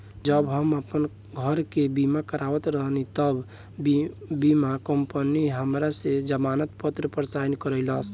जब हम आपन घर के बीमा करावत रही तब बीमा कंपनी हमरा से जमानत पत्र पर साइन करइलस